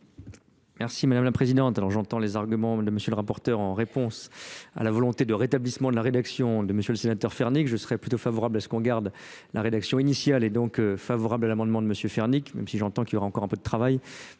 Mᵐᵉ la Présidente, alors j'entends les arguments de M. le rapporteur en réponse à la volonté de rétablissement de la rédaction de M. le sénateur Pernik. je serais plutôt favorable à ce qu'on garde la rédaction initiale est donc favorable à l'amendement de M. Fernie, même si j'entends qu'il y aura encore un peu de travail